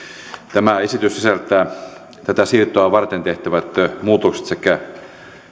tämä esitys sisältää tätä siirtoa varten tehtävät muutokset sekä